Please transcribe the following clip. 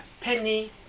penny